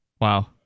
Wow